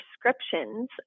prescriptions